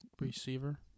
receiver